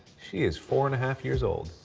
she is four and half years old.